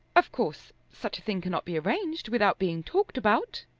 of course such a thing cannot be arranged without being talked about.